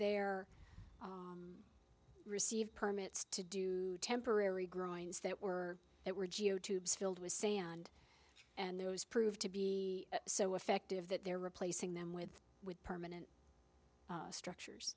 there received permits to do temporary growing that were that were geo tubes filled with sand and there was proved to be so effective that they're replacing them with with permanent structures